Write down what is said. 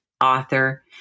author